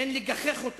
אין לגחך אותה.